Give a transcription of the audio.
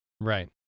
Right